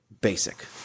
basic